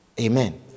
amen